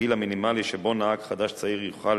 הגיל המינימלי שבו נהג חדש צעיר יוכל